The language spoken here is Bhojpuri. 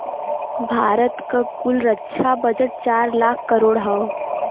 भारत क कुल रक्षा बजट चार लाख करोड़ हौ